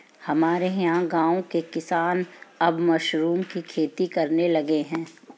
हमारे यहां गांवों के किसान अब मशरूम की खेती करने लगे हैं